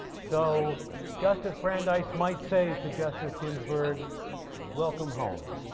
so justice brandeis might say to justice ginsburg welcome home.